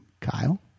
Kyle